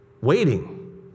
waiting